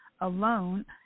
Alone